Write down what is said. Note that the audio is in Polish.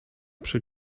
przy